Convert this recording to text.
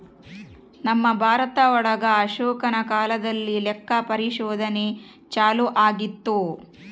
ನಮ್ ಭಾರತ ಒಳಗ ಅಶೋಕನ ಕಾಲದಲ್ಲಿ ಲೆಕ್ಕ ಪರಿಶೋಧನೆ ಚಾಲೂ ಆಗಿತ್ತು